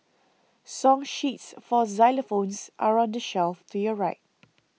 song sheets for xylophones are on the shelf to your right